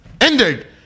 ended